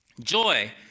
joy